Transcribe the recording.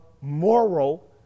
Moral